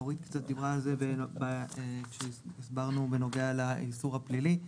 אורית דיברה על זה עת הסברנו בנוגע לאיסור הפלילי.